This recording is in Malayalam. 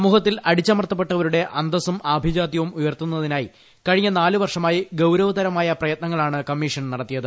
സമൂഹത്തിൽ അടിച്ചമർത്തപ്പെട്ടവരുടെ അന്തസ്സും ആഭിജാത്യവും ഉയർത്തുന്നതിനായി കഴിഞ്ഞ നാലു വർഷമായി ഗൌരവതരമായ പ്രയത്നങ്ങളാണ് കമ്മീഷൻ നടത്തിയത്